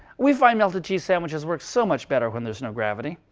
we find melted cheese sandwiches work so much better when there's no gravity.